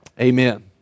amen